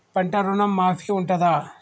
పంట ఋణం మాఫీ ఉంటదా?